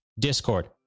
Discord